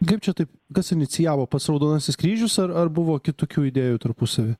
kaip čia taip kas inicijavo pats raudonasis kryžius ar ar buvo kitokių idėjų tarpusavy